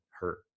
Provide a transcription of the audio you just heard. hurt